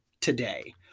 today